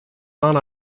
non